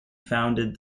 founded